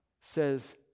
says